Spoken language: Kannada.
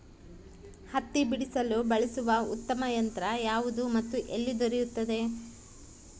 ಹತ್ತಿ ಬಿಡಿಸಲು ಬಳಸುವ ಉತ್ತಮ ಯಂತ್ರ ಯಾವುದು ಮತ್ತು ಎಲ್ಲಿ ದೊರೆಯುತ್ತದೆ?